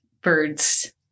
birds